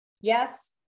Yes